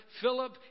Philip